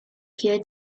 here